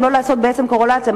אם לא לעשות בעצם קורלציה,